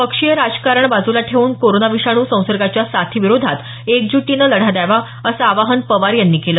पक्षीय राजकारण बाजूला ठेवून कोरोना विषाणू संसर्गाच्या साथीविरोधात एकज्टीनं लढा द्यावा असं आवाहन पवार यांनी केलं